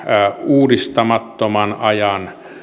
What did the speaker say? uudistamattoman ajan